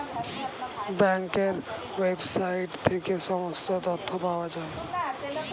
ব্যাঙ্কের ওয়েবসাইট থেকে সমস্ত তথ্য পাওয়া যায়